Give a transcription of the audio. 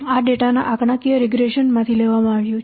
આ ડેટાના આંકડાકીય રીગ્રેશન માંથી લેવામાં આવ્યું છે